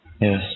Yes